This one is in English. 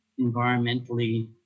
environmentally